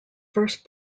first